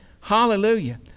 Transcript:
Hallelujah